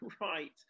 right